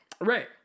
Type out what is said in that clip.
Right